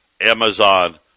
Amazon